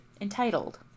entitled